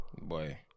boy